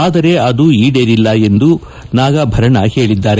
ಆದರೆ ಅದು ಈಡೇರಿಲ್ಲ ಎಂದು ಅವರು ಹೇಳಿದ್ದಾರೆ